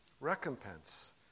recompense